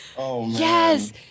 Yes